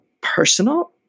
personal